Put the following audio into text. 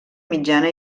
mitjana